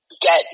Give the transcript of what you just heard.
get